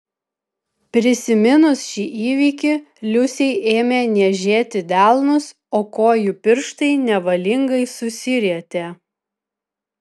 prisiminus šį įvykį liusei ėmė niežėti delnus o kojų pirštai nevalingai susirietė